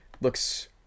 Looks